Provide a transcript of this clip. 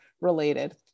related